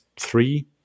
three